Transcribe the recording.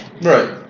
Right